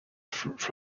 through